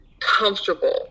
comfortable